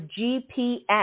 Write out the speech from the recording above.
GPS